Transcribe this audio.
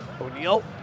O'Neal